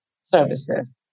services